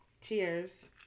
Cheers